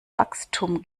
wachstum